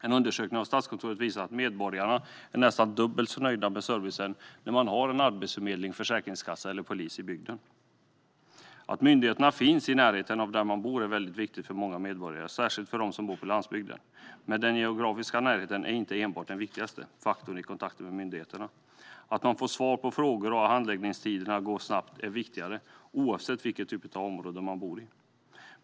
En undersökning gjord av Statskontoret visar att medborgarna är nästan dubbelt så nöjda med servicen när man har Arbetsförmedlingen, Försäkringskassan och polisen i bygden. Att myndigheter finns i närheten av där man bor är viktigt för många medborgare, särskilt för dem som bor på landsbygden. Den geografiska närheten är dock inte den viktigaste faktorn i kontakten med myndigheter. Att man får svar på frågor och att handläggningen går snabbt är viktigare - oavsett vilken typ av område man bor i.